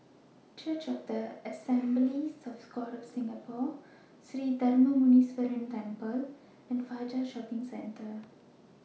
Church of The Assemblies of God of Singapore Sri Darma Muneeswaran Temple and Fajar Shopping Centre